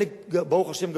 ברוך השם,